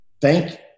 thank